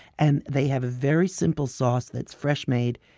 and they have a very simple sauce that's freshly made.